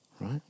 right